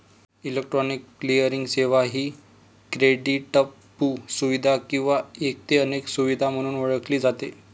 electronic clearing सेवा ही क्रेडिटपू सुविधा किंवा एक ते अनेक सुविधा म्हणून ओळखली जाते